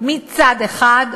מצד אחד,